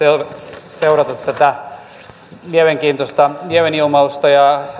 seurata tätä mielenkiintoista mielenilmausta